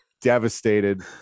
devastated